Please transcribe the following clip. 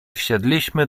wsiedliśmy